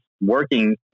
working